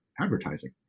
Advertising